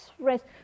rest